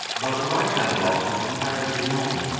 but the right-hand block was comparatively modern,